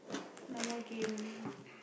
no more game